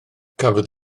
cafodd